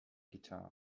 guitar